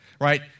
right